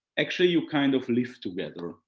actually you kind of live together.